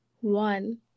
one